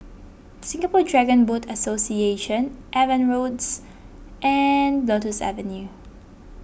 Singapore Dragon Boat Association Evans Roads and Lotus Avenue